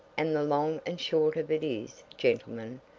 and the long and short of it is, gentlemen,